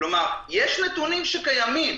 יש נתונים שקיימים,